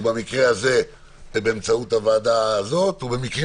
במקרה הזה זה באמצעות הוועדה הזאת ובמקרים